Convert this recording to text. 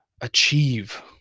achieve